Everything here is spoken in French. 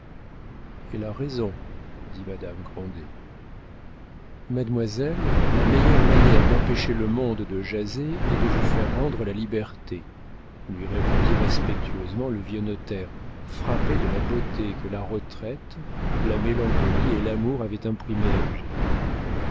elle a raison dit madame grandet mademoiselle la meilleure manière d'empêcher le monde de jaser est de vous faire rendre la liberté lui répondit respectueusement le vieux notaire frappé de la beauté que la retraite la mélancolie et l'amour avaient imprimée à eugénie